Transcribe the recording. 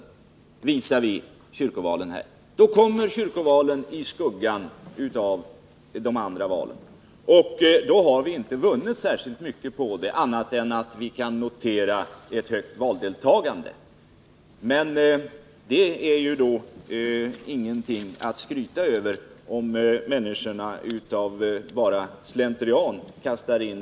Då kommer kyrkovalen i skuggan av de andra valen, och därmed har vi inte vunnit något annat än att vi kan notera ett högt valdeltagande. Om människorna bara av slentrian kastar in en valsedel vid kyrkovalen, är det ingenting att skryta med.